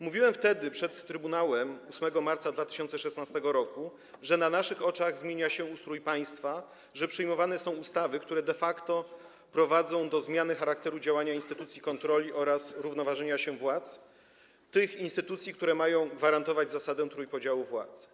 Mówiłem wtedy, czyli 8 marca 2016 r., przed trybunałem, że na naszych oczach zmienia się ustrój państwa, że przyjmowane są ustawy, które de facto prowadzą do zmiany charakteru działania instytucji kontroli oraz równoważenia się władz, tych instytucji, które mają gwarantować zasadę trójpodziału władzy.